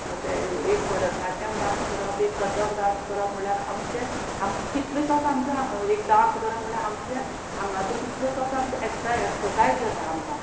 ते एक भरतनाट्यम डांस करप एक कथक डांस करप म्हळ्यार आमचे आम कितलेसोच आमचो एक डांस करप म्हळ्यार आमचे हांगाचो कितलोसोच आमचो एक्सायज एक्ससायज जाता आमकां